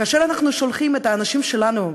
כאשר אנחנו שולחים את האנשים שלנו,